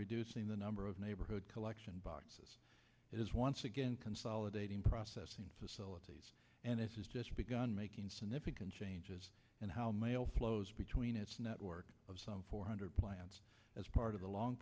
reducing the number of neighborhood collection boxes it is once again consolidating processing facilities and begun making significant changes in how mail flows between its network of some four hundred plants as part of the long